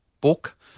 book